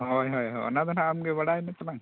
ᱦᱳᱭ ᱦᱳᱭ ᱚᱱᱟ ᱫᱚ ᱦᱟᱜ ᱟᱢ ᱜᱮ ᱵᱟᱲᱟᱭ ᱢᱮ ᱛᱟᱞᱟᱝ